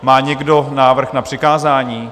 Má někdo návrh na přikázání?